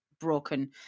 broken